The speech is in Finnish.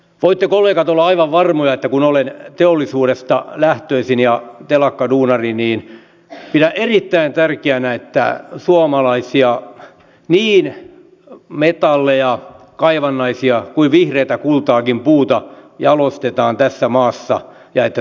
voitte kollegat olla aivan varmoja että kun olen teollisuudesta lähtöisin ja telakkaduunari niin pidän erittäin tärkeänä että niin suomalaisia metalleja kaivannaisia kuin vihreätä kultaakin puuta jalostetaan tässä maassa ja että teollisuus pärjää